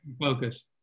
focus